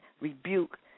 rebuke